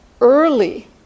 early